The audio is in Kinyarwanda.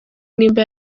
niba